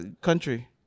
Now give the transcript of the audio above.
country